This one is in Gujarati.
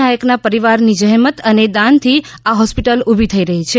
નાયકના પરિવારની જહેમત અને દાનથી આ હોસ્પિટલ ઊભી થઈ રહી છે